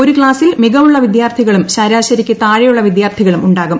ഒരു ക്ലാസ്സിൽ മികവുള്ള വിദ്യാർത്ഥികളും ശരാശ്യരിക്ക് താഴെയുള്ള വിദ്യാർത്ഥികളും ഉണ്ടാകും